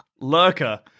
Lurker